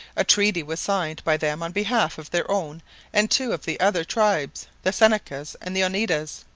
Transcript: a treaty was signed by them on behalf of their own and two of the other tribes, the senecas and the oneidas.